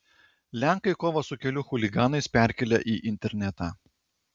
lenkai kovą su kelių chuliganais perkelia į internetą